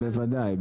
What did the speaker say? בוודאי,